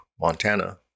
Montana